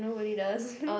nobody does